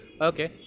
Okay